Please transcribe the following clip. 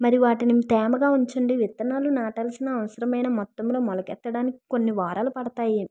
మరి వాటిని తేమగా ఉంచండి విత్తనాలు నాటాల్సిన అవసరమైన మొత్తంలో మొలకెత్తడానికి కొన్ని వారాలు పడతాయి